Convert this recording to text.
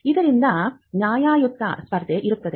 ಇದರಿಂದ ನ್ಯಾಯಯುತ ಸ್ಪರ್ಧೆ ಇರುತ್ತದೆ